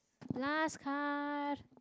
last card